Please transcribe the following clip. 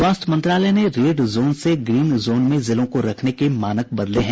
स्वास्थ्य मंत्रालय ने रेड जोन से ग्रीन जोन में जिलों को रखने के मानक बदले हैं